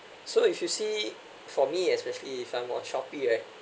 so if you see for me especially if I'm on Shopee right